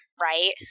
right